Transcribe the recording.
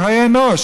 של חיי אנוש.